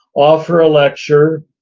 offer a lecture,